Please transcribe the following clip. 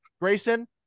Grayson